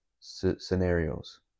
scenarios